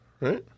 right